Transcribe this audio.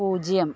പൂജ്യം